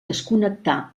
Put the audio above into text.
desconnectar